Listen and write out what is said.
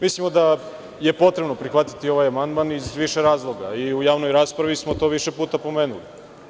Mislimo da je potrebno prihvatiti ovaj amandman iz više razloga, i u javnoj raspravi smo to više puta ponovili.